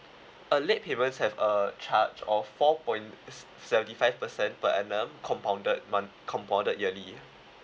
uh late payments have a charge of four point seventy five percent per annum compounded month compounded yearly